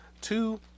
Two